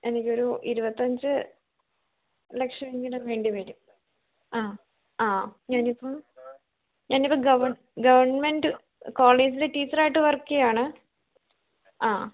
എനിക്കൊരു ഇരുപത്തിയഞ്ച് ലക്ഷമെങ്കിലും വേണ്ടിവരും ആ ആ ഞാനിപ്പം ഞാനിപ്പം ഗവൺമെൻറ്റ് കോളേജിലെ ടീച്ചറായിട്ട് വർക്ക് ചെയ്യുകയാണ് ആ